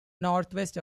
northwest